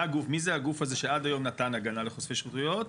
מי זה הגוף הזה שעד היום נתן הגנה לחושפי שחיתויות,